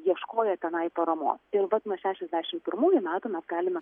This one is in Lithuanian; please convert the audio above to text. ieškojo tenai paramos ir vat nuo šešiasdešim pirmųjų metų mes galime